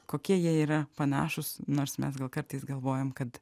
kokie jie yra panašūs nors mes gal kartais galvojam kad